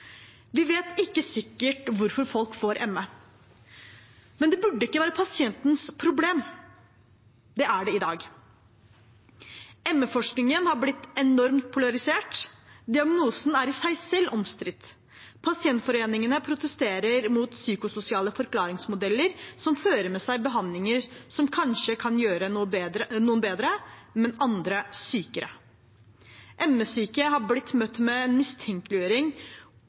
Vi vet ikke sikkert hvorfor folk får ME, men det burde ikke være pasientens problem. Det er det i dag. ME-forskningen har blitt enormt polarisert. Diagnosen er i seg selv omstridt. Pasientforeningene protesterer mot psykososiale forklaringsmodeller som fører med seg behandlinger som kanskje kan gjøre noen bedre, men andre sykere. ME-syke har blitt møtt med mistenkeliggjøring som har blitt en